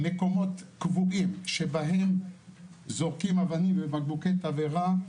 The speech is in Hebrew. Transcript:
מקומות קבועים שבהם זורקים אבנים ובקבוקי תבערה,